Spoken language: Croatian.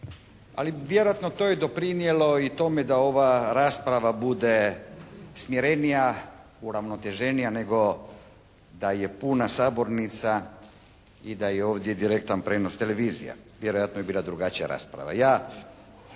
ali vjerojatno to je doprinijelo i tome da ova rasprava bude smirenija, uravnoteženija nego da je puna sabornica i da je ovdje direktan prijenos televizija, vjerojatno bi bila drugačija rasprava.